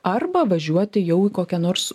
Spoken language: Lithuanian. arba važiuoti jau į kokią nors